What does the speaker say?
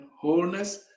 wholeness